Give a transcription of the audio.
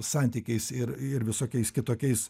santykiais ir ir visokiais kitokiais